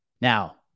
Now